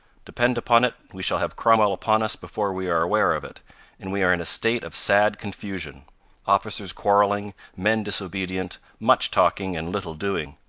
depend upon it, we shall have cromwell upon us before we are aware of it and we are in a state of sad confusion officers quarreling, men disobedient, much talking, and little doing.